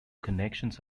connections